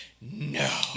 no